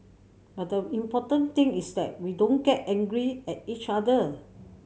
but the important thing is that we don't get angry at each other